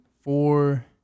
four